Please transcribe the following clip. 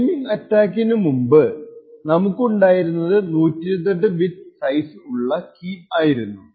timing അറ്റാക്കിനു മുൻപ് നമുക്കുണ്ടായിരുന്നത് 128 ബിറ്റ് സൈസ് ഉള്ള കീ ആയിരുന്നു